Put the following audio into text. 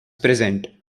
present